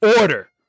order